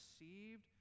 received